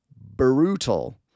Brutal